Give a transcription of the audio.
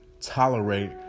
tolerate